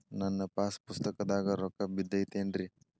ನನ್ನ ಪಾಸ್ ಪುಸ್ತಕದಾಗ ರೊಕ್ಕ ಬಿದ್ದೈತೇನ್ರಿ?